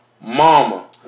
Mama